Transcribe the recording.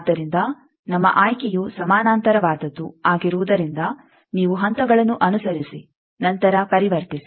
ಆದ್ದರಿಂದ ನಮ್ಮ ಆಯ್ಕೆಯು ಸಮಾನಾಂತರವಾದದ್ದು ಆಗಿರುವುದರಿಂದ ನೀವು ಹಂತಗಳನ್ನು ಅನುಸರಿಸಿ ನಂತರ ಪರಿವರ್ತಿಸಿ